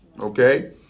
okay